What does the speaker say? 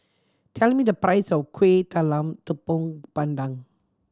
tell me the price of Kuih Talam Tepong Pandan